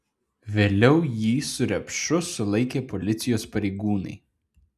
vėliau jį su repšu sulaikė policijos pareigūnai